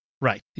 Right